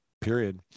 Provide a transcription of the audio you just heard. period